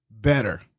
better